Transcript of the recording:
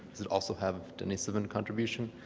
does it also have denisovan contribution?